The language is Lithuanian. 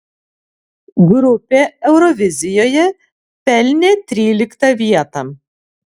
grupė eurovizijoje pelnė tryliktą vietą